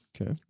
Okay